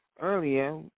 earlier